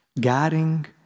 Guiding